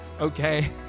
Okay